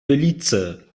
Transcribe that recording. belize